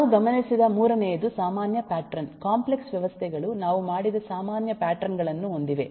ನಾವು ಗಮನಿಸಿದ ಮೂರನೆಯದು ಸಾಮಾನ್ಯ ಪ್ಯಾಟರ್ನ್ ಕಾಂಪ್ಲೆಕ್ಸ್ ವ್ಯವಸ್ಥೆಗಳು ನಾವು ಮಾಡಿದ ಸಾಮಾನ್ಯ ಪ್ಯಾಟರ್ನ್ ಗಳನ್ನು ಹೊಂದಿವೆ